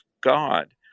god